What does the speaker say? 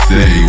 Say